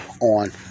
on